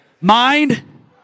Mind